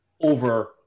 over